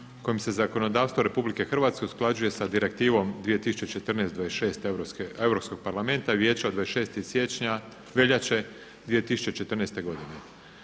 kojim se zakonodavstvo RH usklađuje sa Direktivom 2014./26 Europskog parlamenta i Vijeća od 26. veljače 2014. godine.